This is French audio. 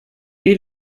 ils